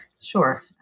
Sure